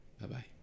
Bye-bye